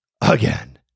again